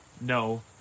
no